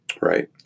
Right